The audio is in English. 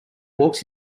walks